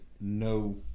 no